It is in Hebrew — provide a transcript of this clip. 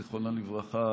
זיכרונה לברכה,